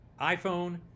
iPhone